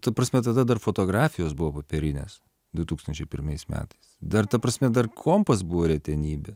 ta prasme tada dar fotografijos buvo popierinės du tūkstančiai pirmais metais dar ta prasme dar kompas buvo retenybė